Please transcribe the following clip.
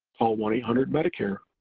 call one eight hundred medicare,